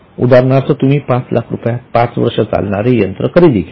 उदाहरणार्थ तुम्ही पाच लाख रुपयात पाच वर्षे चालणारे यंत्र खरेदी केले